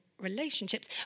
relationships